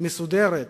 מסודרת